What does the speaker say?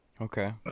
Okay